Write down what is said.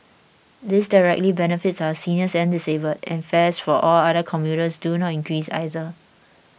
this directly benefits our seniors and disabled and fares for all other commuters do not increase either